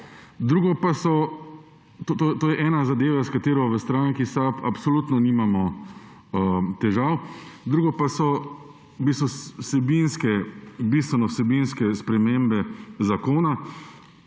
škode. To je zadeva, s katero v stranki SAB absolutno nimamo težav. Drugo pa so bistvene vsebinske spremembe zakona.